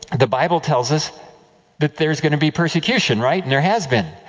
and the bible tells us that there is going to be persecution, right? and there has been.